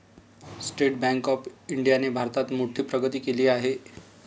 state Bank of इंडियाने भारतात मोठी प्रगती केली आहे